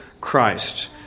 Christ